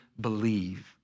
believe